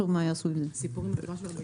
להדגרה או לפיטום,